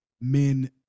men